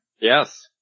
Yes